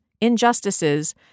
injustices